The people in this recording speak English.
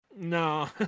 No